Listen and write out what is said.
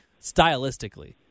stylistically